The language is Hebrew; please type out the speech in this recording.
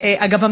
אגב,